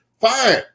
fine